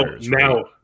now